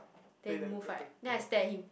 then move right then I stared at him